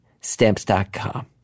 Stamps.com